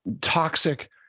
toxic